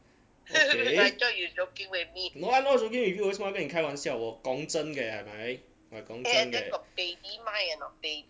eh no I not joking with you 为什么要跟你开玩笑我 gong zhen de gong zhen eh